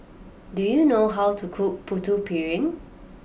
do you know how to cook Putu Piring